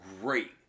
great